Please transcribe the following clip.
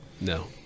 No